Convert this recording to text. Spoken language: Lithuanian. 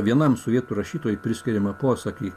vienam sovietų rašytojui priskiriamą posakį